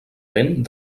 vent